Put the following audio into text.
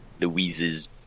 Louise's